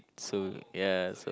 so ya so